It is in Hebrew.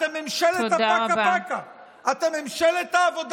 אתם ממשלת הפקה-פקה.